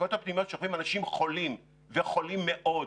במחלקות הפנימיות שוכבים אנשים חולים וחולים מאוד.